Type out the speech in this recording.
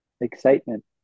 excitement